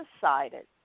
decided